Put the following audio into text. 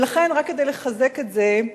ולכן, רק כדי לחזק את זה,